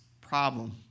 problem